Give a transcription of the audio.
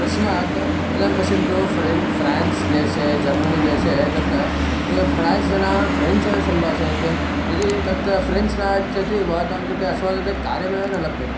तस्मात् इदानीं पश्यन्तु फ़्रेन् फ़्रेन्स् देशे जर्मनी देशे तत्र एव फ़्रेन्स् जनाः फ़्रेञ्च् एव सम्भाषयन्ति यदि तत्र फ़्रेञ्च् नागच्छति भवतां कृते अस्माकं कृते कार्यमेव न लभ्यते